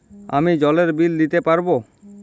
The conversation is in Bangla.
আমি জলের বিল দিতে পারবো?